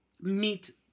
meet